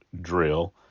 drill